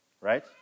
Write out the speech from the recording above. right